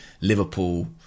Liverpool